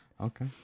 Okay